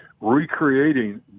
recreating